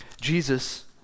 Jesus